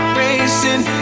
racing